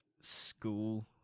school